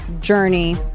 Journey